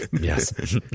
Yes